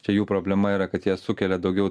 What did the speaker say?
čia jų problema yra kad jie sukelia daugiau